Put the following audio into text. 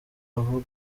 aho